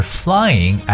flying